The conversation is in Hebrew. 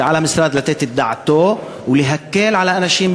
שעל המשרד לתת דעתו ולהקל על אנשים,